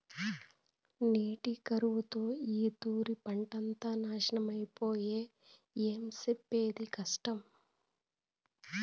నీటి కరువుతో ఈ తూరి పంటంతా నాశనమై పాయె, ఏం సెప్పేది కష్టం